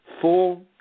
full